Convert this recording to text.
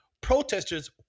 protesters